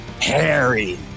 Harry